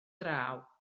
draw